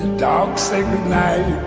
dark sacred night